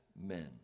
men